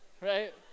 right